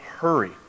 hurry